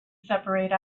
separate